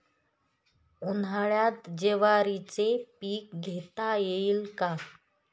उन्हाळ्यात ज्वारीचे पीक घेता येईल का?